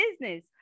business